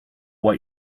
what